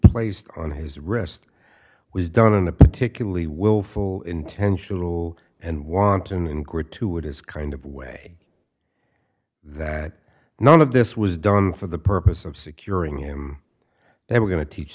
placed on his wrist was done in a particularly willful intentional and wanton and gratuitous kind of way that none of this was done for the purpose of securing him they were going to teach